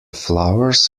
flowers